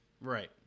right